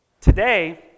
Today